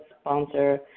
sponsor